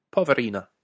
Poverina